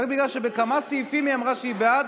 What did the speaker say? רק בגלל שעל כמה סעיפים היא אמרה שהיא בעד,